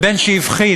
ובין שהוא הבחין